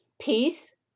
Peace